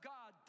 God